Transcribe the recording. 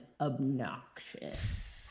obnoxious